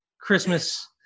Christmas